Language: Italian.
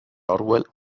orwell